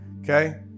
okay